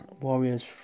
warriors